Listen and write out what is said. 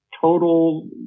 total